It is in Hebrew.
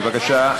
בבקשה,